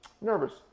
Nervous